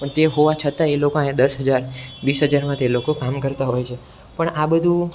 પણ તે હોવા છતાંય એ લોકા અહીંયા દસ હજાર વીસ હજારમાં તે લોકો કામ કરતા હોય છે પણ આ બધું